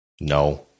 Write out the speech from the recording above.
No